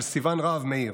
של סיוון רהב מאיר,